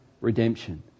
redemption